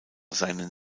seinen